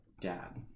dad